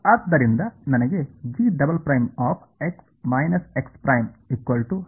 ಆದ್ದರಿಂದ ನನಗೆ